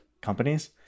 companies